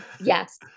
Yes